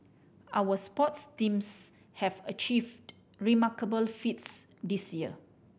our sports teams have achieved remarkable feats this year